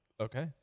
Okay